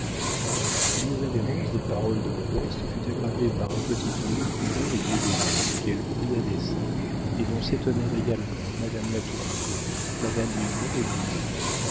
l'irrévérence des paroles de modeste fut aggravée par un petit ton méprisant et dédaigneux qu'elle prit à dessein et dont s'étonnèrent également madame latournelle madame mignon et dumay